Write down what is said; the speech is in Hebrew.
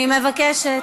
אני מבקשת.